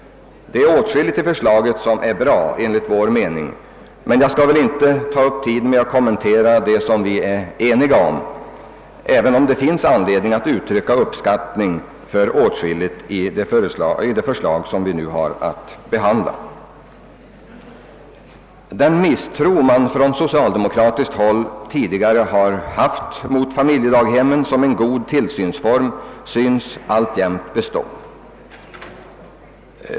Det är åtskilligt i förslaget som är bra enligt vår mening, men jag skall inte ta upp tiden med att kommentera det som vi är eniga om, även om det finns anledning att uttrycka uppskattning för åtskilligt i det förslag som vi nu har att behandla. Den misstro man från socialdemokra tiskt håll tidigare har haft mot familjedaghemmen som en god tillsynsform synes alltjämt bestå.